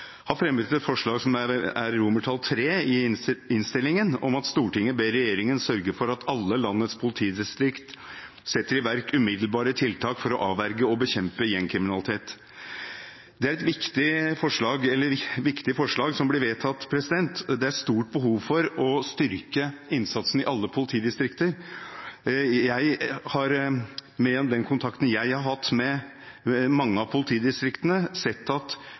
fremmet forslag til vedtak III i innstillingen: «Stortinget ber regjeringen sørge for at alle landets politidistrikt setter i verk umiddelbare tiltak for å avverge og bekjempe gjengkriminalitet Det er et viktig forslag som blir vedtatt. Det er stort behov for å styrke innsatsen i alle politidistrikter. Gjennom den kontakten jeg har hatt med mange av politidistriktene,